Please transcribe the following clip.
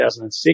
2006